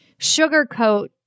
sugarcoat